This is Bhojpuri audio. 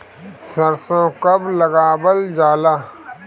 सरसो कब लगावल जाला?